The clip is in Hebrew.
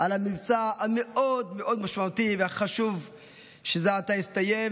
על המבצע המאוד-מאוד משמעותי והחשוב שזה עתה הסתיים,